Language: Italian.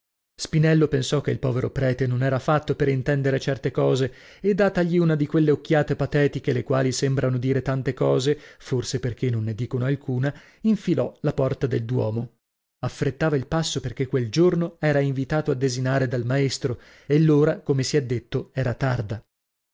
spinello pensò che il povero prete non era fatto per intendere certe cose e datagli una di quelle occhiate patetiche le quali sembrano dire tante cose forse perchè non ne dicono alcuna infilò la porta del duomo affrettava il passo perchè quel giorno era invitato a desinare dal maestro e l'ora come si è detto era tarda